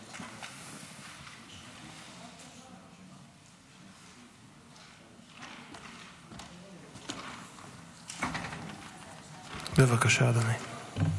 בבקשה, אדוני.